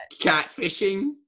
catfishing